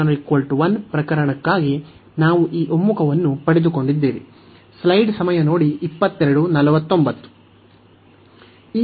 ಆದ್ದರಿಂದ n≥1 ಪ್ರಕರಣಕ್ಕಾಗಿ ನಾವು ಈ ಒಮ್ಮುಖವನ್ನು ಪಡೆದುಕೊಂಡಿದ್ದೇವೆ